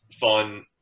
fun